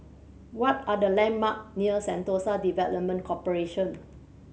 what are the landmark near Sentosa Development Corporation